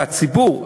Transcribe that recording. והציבור,